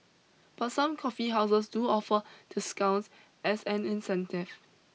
but some coffee houses do offer discounts as an incentive